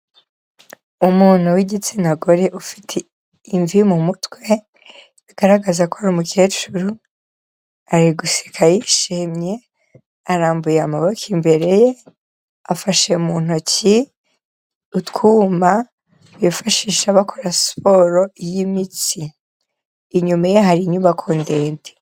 Umuntu w'igitsina gore ufite imvi mu mutwe, bigaragaza ko ari mukecuru, ari guseka yishimye, arambuye amaboko imbere ye, afashe mu ntoki utwuma bifashisha bakora siporo y'imitsi, inyuma ye hari inyubako ndende.